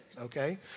okay